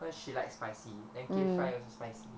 cause she likes spicy then K fry also spicy